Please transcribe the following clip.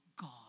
God